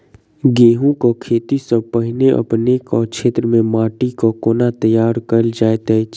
गेंहूँ केँ खेती सँ पहिने अपनेक केँ क्षेत्र मे माटि केँ कोना तैयार काल जाइत अछि?